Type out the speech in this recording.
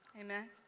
amen